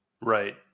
Right